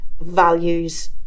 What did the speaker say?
values